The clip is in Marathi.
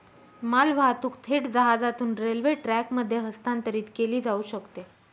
मालवाहतूक थेट जहाजातून रेल्वे ट्रकमध्ये हस्तांतरित केली जाऊ शकते